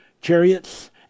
chariots